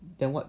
then what